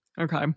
Okay